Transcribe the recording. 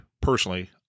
personally